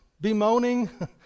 bemoaning